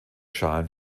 schalen